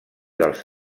dels